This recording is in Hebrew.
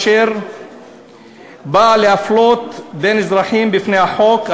אשר באה להפלות בין אזרחים בפני החוק,